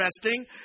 interesting